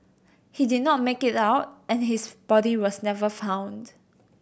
he did not make it out and his body was never found